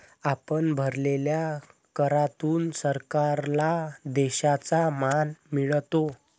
आपण भरलेल्या करातून सरकारला देशाचा मान मिळतो